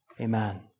Amen